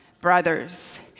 brothers